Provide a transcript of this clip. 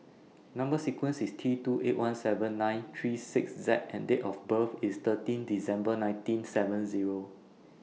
Number sequence IS T two eight one seven nine three six Z and Date of birth IS thirteen December nineteen seven Zero